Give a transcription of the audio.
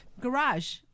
garage